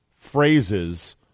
phrases